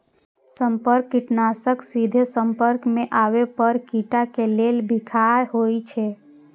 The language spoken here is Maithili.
संपर्क कीटनाशक सीधे संपर्क मे आबै पर कीड़ा के लेल बिखाह होइ छै